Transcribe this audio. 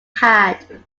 had